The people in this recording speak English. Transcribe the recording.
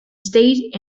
state